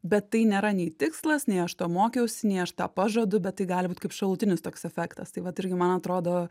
bet tai nėra nei tikslas nei aš to mokiausi nei aš tą pažadu bet tai gali būt kaip šalutinis toks efektas tai vat irgi man atrodo